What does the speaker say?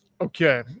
Okay